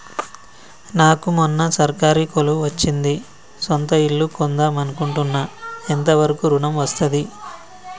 నాకు మొన్న సర్కారీ కొలువు వచ్చింది సొంత ఇల్లు కొన్దాం అనుకుంటున్నా ఎంత వరకు ఋణం వస్తది?